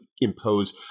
impose